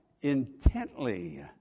intently